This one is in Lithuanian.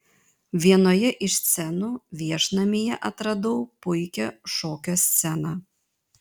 vienoje iš scenų viešnamyje atradau puikią šokio sceną